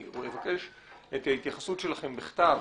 אני מבקש את ההתייחסות שלכם בכתב